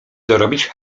dorobić